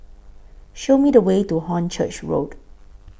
Show Me The Way to Hornchurch Road